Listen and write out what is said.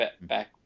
back